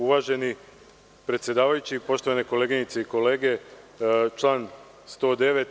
Uvaženi predsedavajući, poštovane koleginice i kolege, član 109.